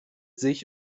sich